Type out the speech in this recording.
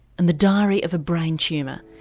and the diary of a brain tumour,